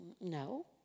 No